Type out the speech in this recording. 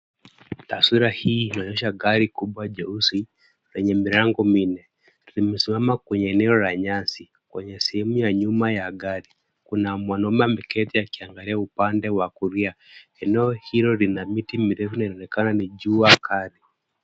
Taswira hii inaonyesha gari kubwa jeusi lenye milango minne limesimama kwenye eneo la nyasi. Kwenye sehemu ya nyuma ya gari kuna mwanamume ameketi akiangalia upande wa kulia. Eneo hilo lina miti mirefu na inaonekana ni jua kali.